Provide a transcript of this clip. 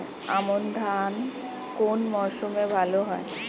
আমন ধান কোন মরশুমে ভাল হয়?